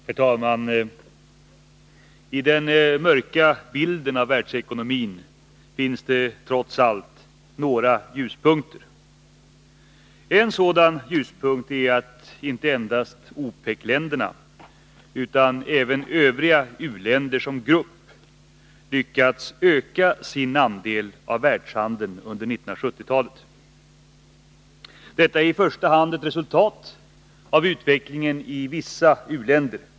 Herr talman! I den mörka bilden av världsekonomin finns, trots allt, några ljuspunkter. En sådan är att inte endast OPEC-länderna utan även övriga u-länder som grupp lyckats öka sin andel av världshandeln under 1970-talet. Detta är i första hand ett resultat av utvecklingen i vissa u-länder.